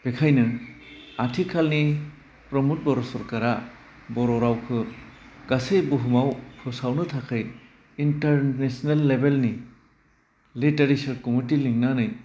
बेखायनो आथिखालनि प्रमद बर' सरकारा बर' रावखौ गासै बुहुमाव फोसावनो थाखै इन्टारनेसनेल लेबेलनि लिटारेसार कमिटि लिंनानै